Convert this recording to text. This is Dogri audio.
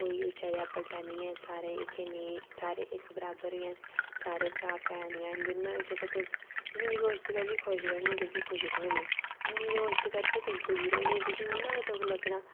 कोई जैदा बड्डा निं ऐ सारे इक बराबर गै न सारे भ्राऽ भैन जिन्ना होई सकै जिन्नी कोशश करगे खुश रौहने दी तुसें गी उन्नी खुशी थ्होनी ते निं कोश्श करगे खुश रौह्ने दी ते तुसें गी उन्ना गै दुख लग्गना